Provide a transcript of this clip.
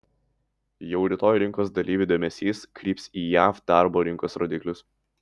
jau rytoj rinkos dalyvių dėmesys kryps į jav darbo rinkos rodiklius